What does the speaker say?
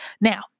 Now